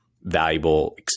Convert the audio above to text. valuable